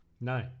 No